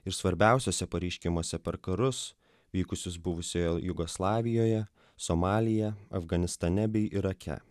ir svarbiausiose pareiškimuose per karus vykusius buvusioje jugoslavijoje somalyje afganistane bei irake